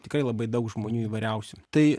tikrai labai daug žmonių įvairiausių tai